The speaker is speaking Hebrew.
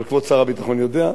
אבל כבוד שר הביטחון יודע,